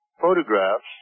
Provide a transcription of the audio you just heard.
photographs